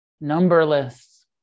numberless